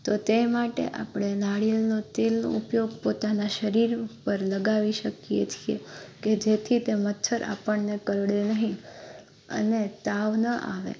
તો તે માટે આપણે નારિયેળનો તેલનો ઉપયોગ પોતાના શરીર ઉપર લગાવી શકીએ છીએ કે જેથી તે મચ્છર આપણને કરડે નહીં અને તાવ ન આવે